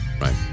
right